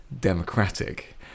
democratic